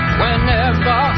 whenever